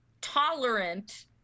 tolerant